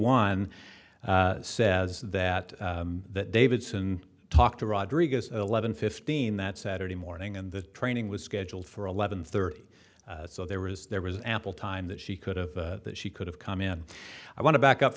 one says that that davidson talked to rodriguez eleven fifteen that saturday morning and the training was scheduled for eleven thirty so there was there was ample time that she could have that she could have come in i want to back up